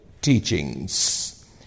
teachings